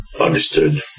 Understood